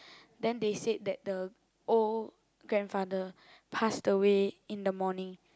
then they said that the old grandfather passed away in the morning